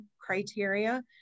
criteria